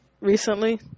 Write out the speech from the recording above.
recently